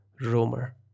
rumor